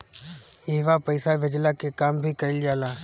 इहवा पईसा भेजला के काम भी कइल जाला